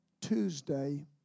Tuesday